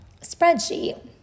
spreadsheet